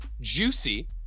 Juicy